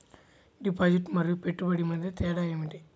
Deposit మరియు పెట్టుబడి మధ్య తేడా ఏమిటి?